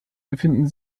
befinden